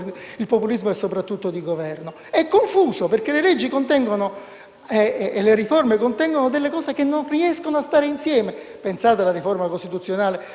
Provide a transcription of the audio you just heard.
il populismo è soprattutto di Governo. È confuso, perché le riforme contengono cose che non riescono a stare insieme. Pensate alla riforma costituzionale,